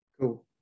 Cool